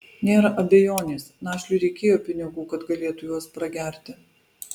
nėra abejonės našliui reikėjo pinigų kad galėtų juos pragerti